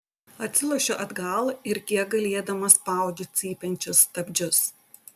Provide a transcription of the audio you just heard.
atsilošiu atgal ir kiek galėdama spaudžiu cypiančius stabdžius